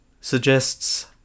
suggests